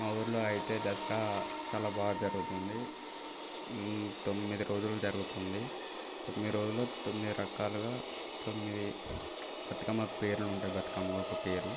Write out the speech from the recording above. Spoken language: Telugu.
మా ఊర్లో అయితే దసరా చాలా బాగా జరుగుతుంది తొమ్మిది రోజులు జరుగుతుంది తొమ్మిది రోజులు తొమ్మిది రకాలుగా తొమ్మిది బతుకమ్మ పేర్లుంటాయి బతుకమ్మకొక పేరు